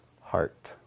heart